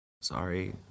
Sorry